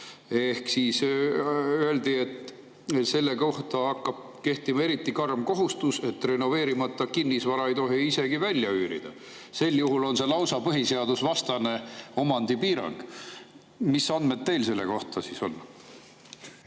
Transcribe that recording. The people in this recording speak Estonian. ehk öeldi, et hakkab kehtima eriti karm kohustus, et renoveerimata kinnisvara ei tohi isegi välja üürida. Sel juhul on see lausa põhiseadusvastane omandipiirang. Mis andmed teil selle kohta on?